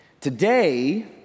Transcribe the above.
Today